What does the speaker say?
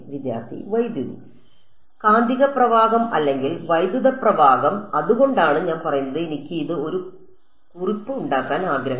വിദ്യാർത്ഥി വൈദ്യുതി കാന്തിക പ്രവാഹം അല്ലെങ്കിൽ വൈദ്യുത പ്രവാഹം അതുകൊണ്ടാണ് ഞാൻ പറയുന്നത് എനിക്ക് ഇത് ഒരു കുറിപ്പ് ഉണ്ടാക്കാൻ ആഗ്രഹം